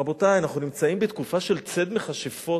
רבותי, אנחנו נמצאים בתקופה של ציד מכשפות.